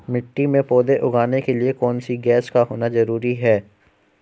मिट्टी में पौधे उगाने के लिए कौन सी गैस का होना जरूरी है?